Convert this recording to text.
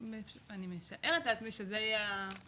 אני משערת לעצמי שזה יתבקש.